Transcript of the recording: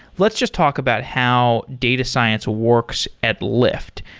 let's just talk about how data science works at lyft.